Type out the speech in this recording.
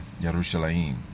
Yerushalayim